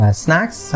snacks